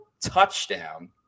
touchdown